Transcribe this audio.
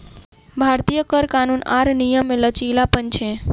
भारतीय कर कानून आर नियम मे लचीलापन छै